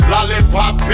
Lollipop